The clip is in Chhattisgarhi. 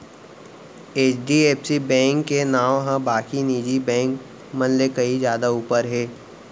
एच.डी.एफ.सी बेंक के नांव ह बाकी निजी बेंक मन ले कहीं जादा ऊपर हे